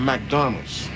McDonald's